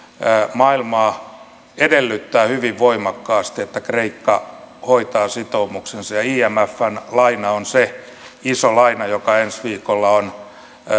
maailmaa edellyttää hyvin voimakkaasti että kreikka hoitaa sitoumuksensa ja imfn laina on se iso laina joka ensi viikolla on